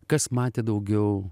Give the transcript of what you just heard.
kas matė daugiau